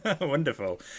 Wonderful